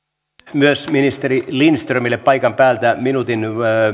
myös ministeri lindströmille paikan päältä minuutin